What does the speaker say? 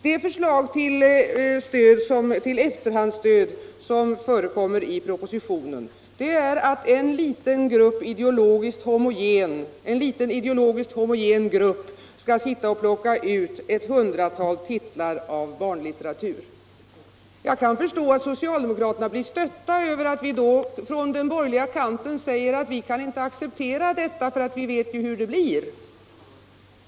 Det förslag till efterhandsstöd som förekommer i propositionen innebär att en liten ideologiskt homogen grupp skall sitta och plocka ut ett hundratal titlar av barnlitteratur. Jag kan förstå att socialdemokraterna blir stötta över att vi på den borgerliga kanten säger att vi inte kan acceptera detta, för vi vet hur det blir.